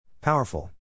Powerful